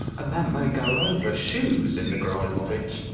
a man may go over shoes in the grime of it.